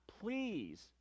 please